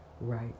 right